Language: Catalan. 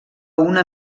una